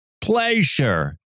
pleasure